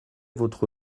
votre